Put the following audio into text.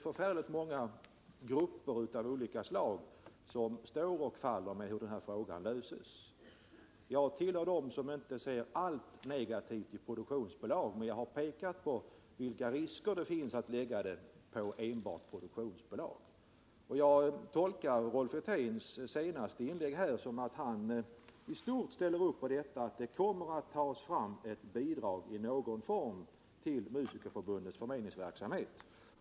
Synnerligen många grupper av olika slag står och faller med hur frågan löses. Jag tillhör dem som inte ser bara negativt på produktionsbolag, men jag har pekat på riskerna att räkna med enbart produktionsbolag. Jag tolkar Rolf Wirténs senaste inlägg som att han i stort sett ställer upp bakom tanken att det i någon form måste lämnas bidrag till Musikerförbundets förmedlingsverksamhet.